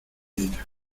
ella